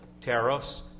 tariffs